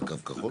לקרקעות?